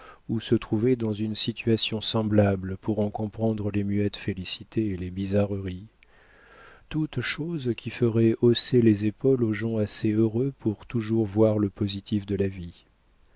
ou se trouver dans une situation semblable pour en comprendre les muettes félicités et les bizarreries toutes choses qui feraient hausser les épaules aux gens assez heureux pour toujours voir le positif de la vie